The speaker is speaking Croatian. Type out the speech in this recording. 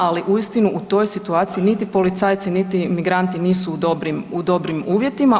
Ali uistinu u toj situaciji niti policajci, niti migranti nisu u dobrim uvjetima.